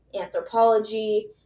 anthropology